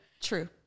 true